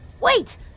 Wait